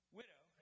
widow